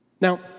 Now